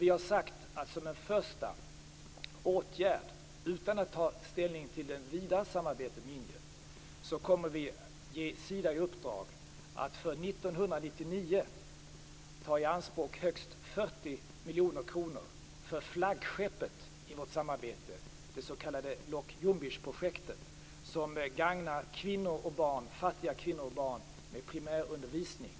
Vi har sagt att vi som en första åtgärd, utan att ta ställning till det vida samarbetet med Indien, kommer att ge Sida i uppdrag att för 1999 ta i anspråk högst 40 miljoner kronor för flaggskeppet i vårt samarbete, det s.k. Loc Jumbishprojektet, som gagnar fattiga kvinnor och barn med primär undervisning.